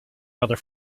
weather